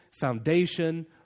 foundation